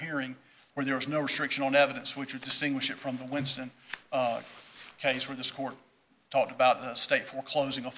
hearing where there was no restriction on evidence which would distinguish it from the winston case where this court talked about the state for closing